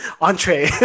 entree